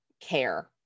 care